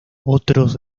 otros